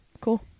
Cool